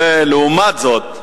לעומת זאת,